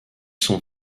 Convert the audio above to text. son